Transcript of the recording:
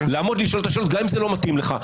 לעמוד ולשאול את השאלות גם אם זה לא מתאים לך.